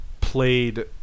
played